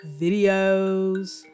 videos